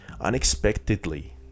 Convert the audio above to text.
unexpectedly